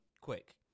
quick